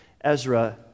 Ezra